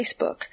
Facebook